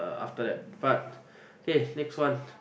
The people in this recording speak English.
uh after that but K next one